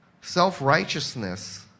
Self-righteousness